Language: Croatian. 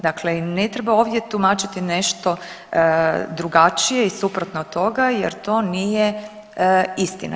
Dakle, ne treba ovdje tumačiti nešto drugačije i suprotno od toga jer to nije istina.